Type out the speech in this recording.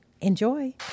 Enjoy